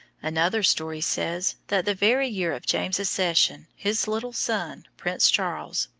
another story says, that the very year of james's accession, his little son, prince charles,